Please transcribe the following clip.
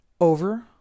Over